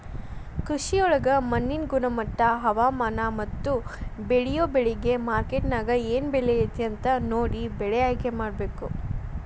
ಕೃಷಿಯೊಳಗ ಮಣ್ಣಿನ ಗುಣಮಟ್ಟ, ಹವಾಮಾನ, ಮತ್ತ ಬೇಳಿಯೊ ಬೆಳಿಗೆ ಮಾರ್ಕೆಟ್ನ್ಯಾಗ ಏನ್ ಬೆಲೆ ಐತಿ ಅಂತ ನೋಡಿ ಬೆಳೆ ಆಯ್ಕೆಮಾಡಬೇಕು